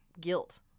Guilt